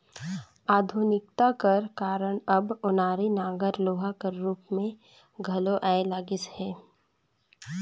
आधुनिकता कर कारन अब ओनारी नांगर लोहा कर रूप मे घलो आए लगिस अहे